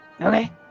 Okay